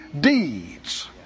deeds